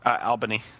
Albany